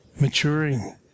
Maturing